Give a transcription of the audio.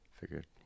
figured